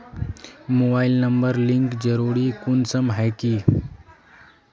Mobile number link जरुरी कुंसम है की?